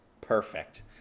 perfect